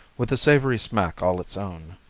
with a savory smack all its own.